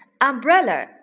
Umbrella